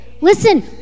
Listen